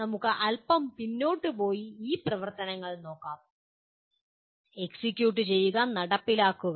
നമുക്ക് അല്പം പിന്നോട്ട് പോയി ഈ രണ്ട് പ്രവർത്തനങ്ങൾ നോക്കാം എക്സിക്യൂട്ട് ചെയ്യുക നടപ്പിലാക്കുക